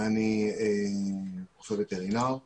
וכל זאת תוך ניהול סיכונים.